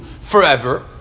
forever